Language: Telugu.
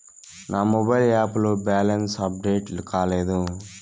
నా మొబైల్ యాప్ లో బ్యాలెన్స్ అప్డేట్ కాలేదు